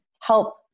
help